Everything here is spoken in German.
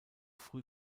früh